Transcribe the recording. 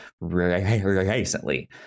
recently